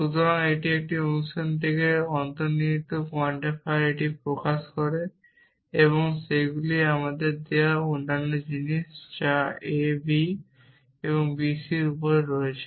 সুতরাং এই একটি অনুচ্ছেদ থেকে অন্তর্নিহিত কোয়ান্টিফায়ারে এটি প্রকাশ করে এবং সেগুলি আমাদের দেওয়া অন্যান্য জিনিস যা a b এবং b c এর উপর রয়েছে